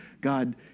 God